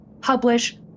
publish